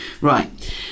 Right